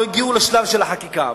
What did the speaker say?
לא הגיעו לשלב של החקיקה.